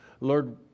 Lord